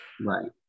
Right